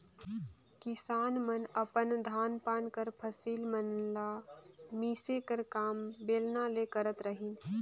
किसान मन अपन धान पान कर फसिल मन ल मिसे कर काम बेलना ले करत रहिन